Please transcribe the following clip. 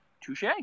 touche